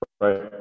right